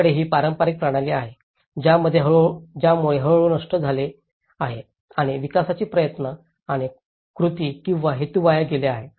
त्यांच्याकडे ही पारंपारिक प्रणाली आहे ज्यामुळे हळूहळू नष्ट झाले आहे आणि विकासाचे प्रयत्न आणि कृती किंवा हेतू वाया गेले आहेत